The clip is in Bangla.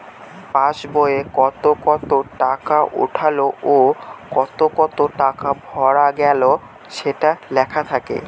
পাস বইতে কত কত টাকা উঠলো ও কত কত টাকা ভরা গেলো সেটা লেখা থাকে